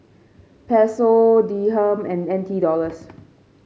Peso Dirham and N T Dollars